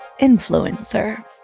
influencer